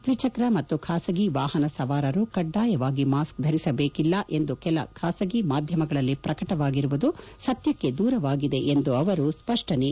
ದ್ವಿಚ್ರಕ್ ಮತ್ತು ಖಾಸಗಿ ವಾಹನ ಸವಾರರು ಕಡ್ಡಾಯವಾಗಿ ಮಾಸ್ಕ್ ಧರಿಸಬೇಕಿಲ್ಲ ಎಂದು ಕೆಲ ಖಾಸಗಿ ಮಾಧ್ಯಮಗಳಲ್ಲಿ ಪ್ರಕಟವಾಗಿರುವುದು ಸತ್ಯಕ್ಕೆ ದೂರವಾಗಿದೆ ಎಂದು ಅವರು ಸ್ವಷ್ಟನೆ ನೀಡಿದ್ದಾರೆ